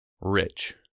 rich